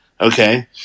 okay